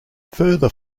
further